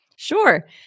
Sure